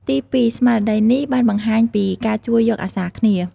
ទីពីរ ស្មារតីនេះបានបង្ហាញពី ការជួយយកអាសាគ្នា។